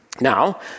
Now